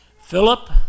Philip